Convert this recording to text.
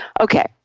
Okay